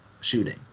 shooting